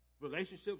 Relationships